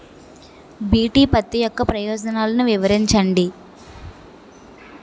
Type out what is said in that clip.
BT పత్తి యొక్క ప్రయోజనాలను వివరించండి?